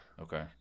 Okay